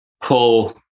pull